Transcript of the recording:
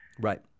Right